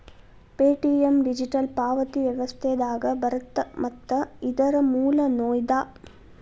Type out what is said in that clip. Paytm digital ಪಾವತಿ ವ್ಯವಸ್ಥೆದಾಗ ಬರತ್ತ ಮತ್ತ ಇದರ್ ಮೂಲ ನೋಯ್ಡಾ